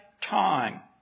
time